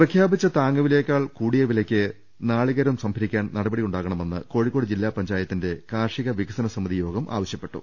പ്രഖ്യാപിച്ച താങ്ങുവിലയേക്കാൾ കൂടിയ വിലയ്ക്ക് നാളികേരം സംഭരിക്കാൻ നടപടിയുണ്ടാകണമെന്ന് കോഴി ക്കോട് ജില്ലാ പഞ്ചായത്തിന്റെ ക്രാർഷിക വികസന സമിതി യോഗം ആവശ്യപ്പെട്ടു